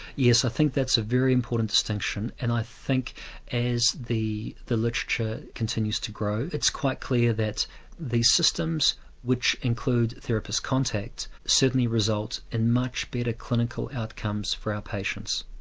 yes, i think that's a very important distinction and i think as the the literature continues to grow it's quite clear that these systems which include therapist contact certainly result in much better clinical outcomes for our patients.